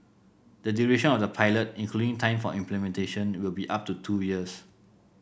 the duration of the pilot including time for implementation will be up to two years